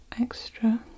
extra